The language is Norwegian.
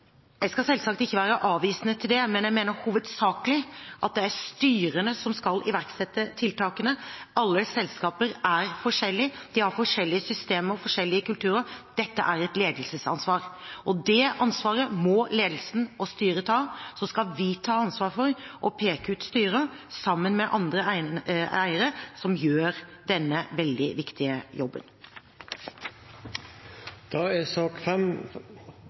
Jeg skal selvsagt ikke være avvisende til det, men jeg mener hovedsakelig at det er styrene som skal iverksette tiltakene. Alle selskaper er forskjellige, de har forskjellige systemer, forskjellige kulturer. Dette er et ledelsesansvar, og det ansvaret må ledelsen og styret ta, og så skal vi ta ansvaret for å peke ut styrer, sammen med andre eiere, som gjør denne veldig viktige jobben. Da er sak